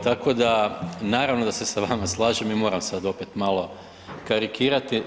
Ovaj tako da naravno da se sa vama slažem i moram sad opet malo karikirati.